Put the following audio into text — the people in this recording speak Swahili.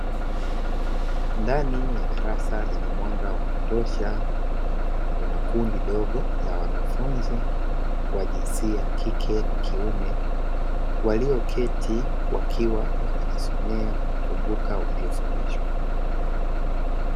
Ndani ya darasa lenye mwanga wa kutosha, kuna kundi dogo la wanafunzi wa jinsia ya kike na kiume, walioketi wakiwa wanajisomea na kukumbuka waliyofundishwa.